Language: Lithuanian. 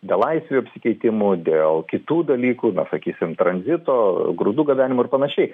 belaisvių apsikeitimo dėl kitų dalykų sakysim tranzito grūdų gabenimo ir panašiai